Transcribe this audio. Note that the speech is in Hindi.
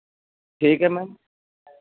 ठीक है मैम